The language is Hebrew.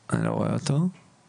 אני אשמח לשמוע